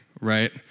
right